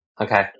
Okay